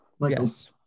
Yes